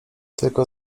tylko